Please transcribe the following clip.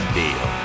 deal